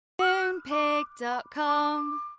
Moonpig.com